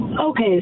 Okay